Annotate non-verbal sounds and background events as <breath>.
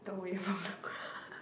away fromt he crowd <breath>